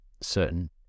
certain